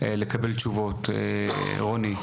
לקבל תשובות, רוני,